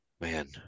man